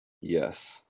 Yes